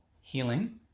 healing